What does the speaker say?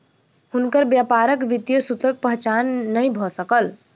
हुनकर व्यापारक वित्तीय सूत्रक पहचान नै भ सकल